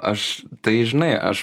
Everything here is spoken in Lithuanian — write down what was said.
aš tai žinai aš